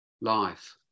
life